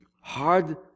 hard